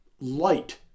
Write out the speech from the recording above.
light